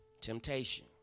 temptation